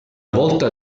volta